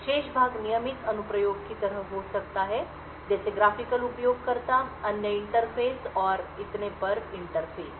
शेष भाग नियमित अनुप्रयोग की तरह हो सकता है जैसे ग्राफिकल उपयोगकर्ता अन्य इंटरफेस और इतने पर इंटरफेस